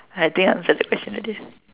I think I've answered the question already